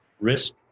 risk